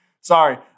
Sorry